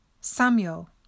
Samuel